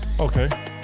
Okay